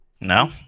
No